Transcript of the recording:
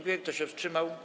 Kto się wstrzymał?